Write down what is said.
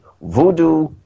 Voodoo